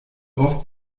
oft